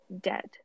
dead